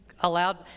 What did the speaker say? allowed